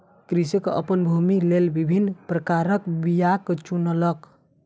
कृषक अपन भूमिक लेल विभिन्न प्रकारक बीयाक चुनलक